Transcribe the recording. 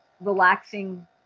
relaxing